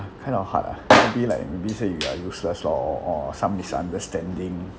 kind of hard ah maybe like maybe said you are useless or or or some misunderstanding